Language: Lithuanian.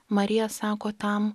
marija sako tam